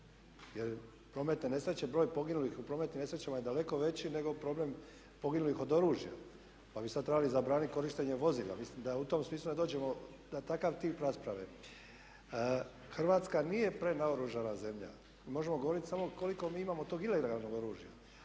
Jer prometne nesreće, broj poginulih u prometnim nesrećama nego problem poginulih od oružja. Pa bi sada trebali zabraniti korištenje vozila. Mislim da u tom smislu ne dođemo na takav tip rasprave. Hrvatska nije prenaoružana zemlja. Mi možemo govoriti samo koliko mi imamo tog ilegalnog oružja.